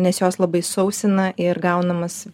nes jos labai sausina ir gaunamas